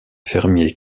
fermiers